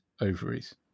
ovaries